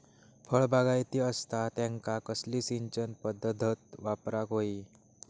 फळबागायती असता त्यांका कसली सिंचन पदधत वापराक होई?